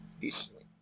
decently